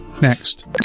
Next